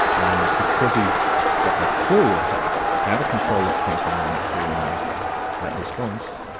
and because he got that clue of how to control that thinking and that feeling and that response,